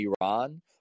Iran